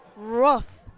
Rough